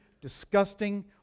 disgusting